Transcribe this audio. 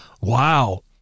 wow